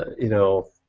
you know?